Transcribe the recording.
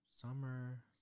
summer